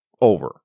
over